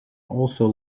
also